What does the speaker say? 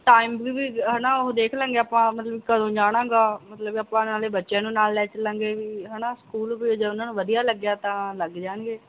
time ਵੀ ਹੈ ਨਾ ਉਹ ਦੇਖ ਲਾਂਗੇ ਆਪਾਂ ਮਤਲਬ ਕਦੋਂ ਜਾਣਾ ਗਾ ਮਤਲਬ ਆਪਾਂ ਨਾਲੇ ਬੱਚਿਆਂ ਨੂੰ ਨਾਲ ਲੈ ਚੱਲਾਂਗੇ ਵੀ ਹੈ ਨਾ ਸਕੂਲ ਜੇ ਉਹਨਾਂ ਨੂੰ ਵਧੀਆ ਲੱਗਿਆ ਤਾਂ ਲੱਗ ਜਾਣਗੇ